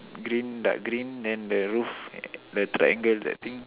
green dark green then the roof the triangle that thing